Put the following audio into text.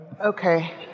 Okay